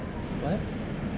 what